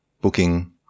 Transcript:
booking